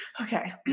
okay